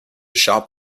shop